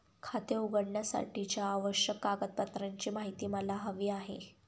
खाते उघडण्यासाठीच्या आवश्यक कागदपत्रांची माहिती मला हवी आहे